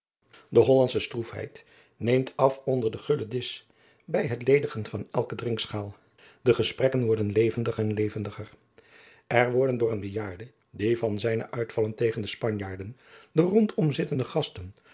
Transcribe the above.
e ollandsche stroefheid neemt af onder den gullen disch bij het ledigen van elke drinkschaal e gesprekken worden levendiger en levendiger r worden door een bejaarden die van zijne uitvallen tegen de panjaarden den rondom zittende gasten